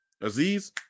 Aziz